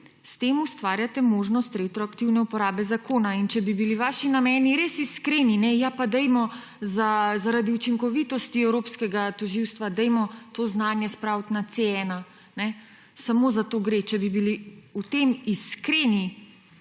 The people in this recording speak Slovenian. naprej, ustvarjate možnost retroaktivne uporabe zakona. Če bi bili vaši nameni res iskreni, ne »ja pa dajmo zaradi učinkovitosti evropskega tožilstva to znanje spraviti na C1«, samo zato gre, če bi bili v tem iskreni,